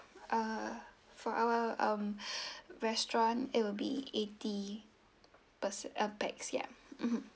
uh for our um restaurant it will be eighty pers~ uh pax ya mmhmm